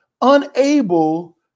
unable